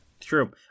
True